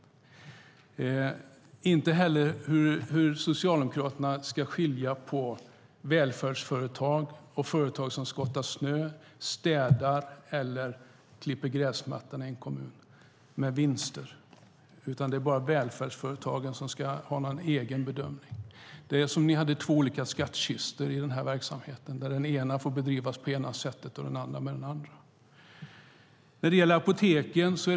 Hon har inte heller svarat på hur Socialdemokraterna ska skilja på välfärdsföretag och företag som skottar snö, städar eller klipper gräsmattorna med vinst i en kommun. Välfärdsföretagen ska tydligen bedömas för sig. Det verkar som om ni har två olika skattkistor i den här verksamheten där den ena får användas på det ena sättet och den andra på det andra sättet.